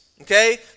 Okay